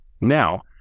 Now